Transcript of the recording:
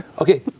Okay